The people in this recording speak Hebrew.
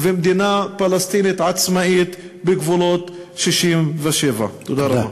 ומדינה פלסטינית עצמאית בגבולות 67'. תודה רבה.